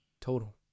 total